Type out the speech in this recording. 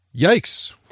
Yikes